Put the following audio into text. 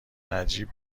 نجیب